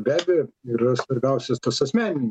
be abejo yra svarbiausias tas asmeninis